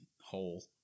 hole